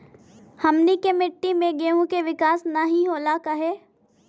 हमनी के मिट्टी में गेहूँ के विकास नहीं होला काहे?